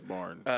Barn